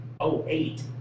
08